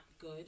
good